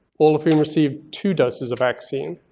all of whom received two doses of vaccine.